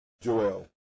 Joel